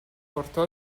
portò